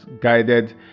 guided